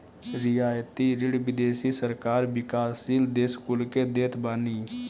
रियायती ऋण विदेशी सरकार विकासशील देस कुल के देत बानी